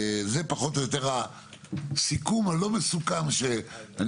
זה פחות או יותר הסיכום הלא מסוכם שאני